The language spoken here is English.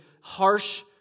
harsh